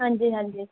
ਹਾਂਜੀ ਹਾਂਜੀ